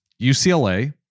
UCLA